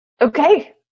okay